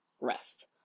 rest